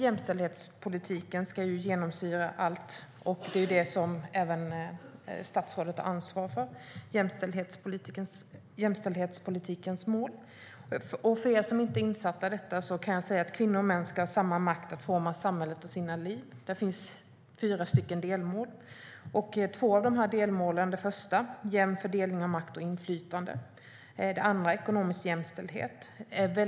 Jämställdhetspolitikens mål ska ju genomsyra allt, och statsrådet har ansvar för detta mål. För den som inte är insatt kan jag berätta att målet är att kvinnor och män ska ha samma makt att forma samhället och sina liv. Det finns fyra delmål. Det första är jämn fördelning av makt och inflytande. Det andra är ekonomisk jämställdhet.